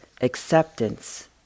acceptance